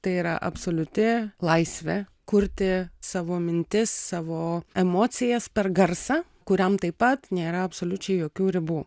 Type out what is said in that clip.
tai yra absoliuti laisvė kurti savo mintis savo emocijas per garsą kuriam taip pat nėra absoliučiai jokių ribų